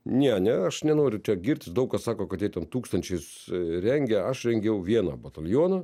ne ne aš nenoriu čia girtis daug kas sako kad jie ten tūkstančiais rengia aš rengiau vieną batalioną